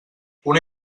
una